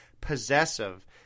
possessive